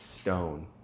stone